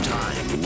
time